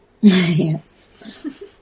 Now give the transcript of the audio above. Yes